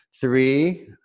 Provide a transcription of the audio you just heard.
Three